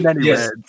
yes